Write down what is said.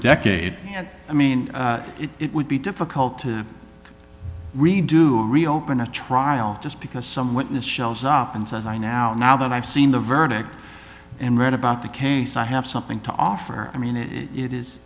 decade and i mean it would be difficult to we do reopen a trial just because some witness shelves up and says i now now that i've seen the verdict and read about the case i have something to offer i mean it it i